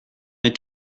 mes